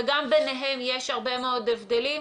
וגם ביניהם יש הרבה מאוד הבדלים.